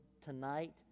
tonight